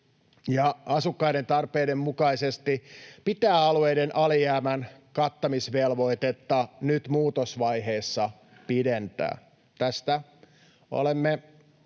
asukkaiden tarpeiden mukaisesti, pitää alueiden alijäämän kattamisvelvoitetta nyt muutosvaiheessa pidentää — tästä olemme